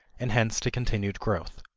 and hence to continued growth.